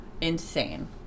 insane